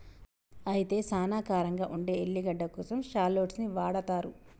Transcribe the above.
అయితే సానా కారంగా ఉండే ఎల్లిగడ్డ కోసం షాల్లోట్స్ ని వాడతారు